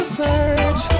search